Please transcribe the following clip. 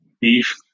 beef